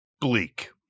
bleak